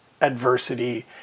adversity